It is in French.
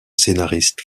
scénariste